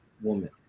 woman